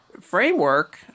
framework